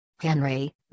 Henry